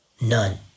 None